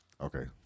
okay